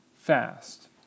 fast